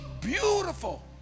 beautiful